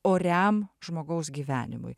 oriam žmogaus gyvenimui